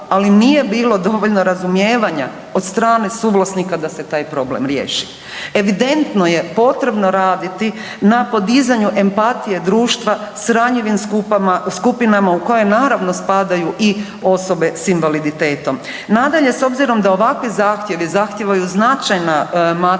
ali nije bilo dovoljno razumijevanja od strane suvlasnika da se taj problem riješi. Evidentno je potrebno raditi na podizanju empatije društva s ranjivim skupinama u koje naravno spadaju i osobe s invaliditetom. Nadalje, s obzirom da ovakvi zahtjevi zahtijevaju značajna materijalna